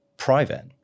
private